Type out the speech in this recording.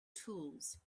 tools